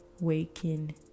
waking